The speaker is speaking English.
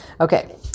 Okay